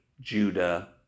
Judah